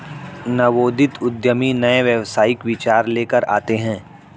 नवोदित उद्यमी नए व्यावसायिक विचार लेकर आते हैं